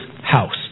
house